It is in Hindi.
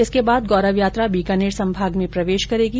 इसके बाद गौरव यात्रा बीकानेर संभाग में प्रवेश करेगी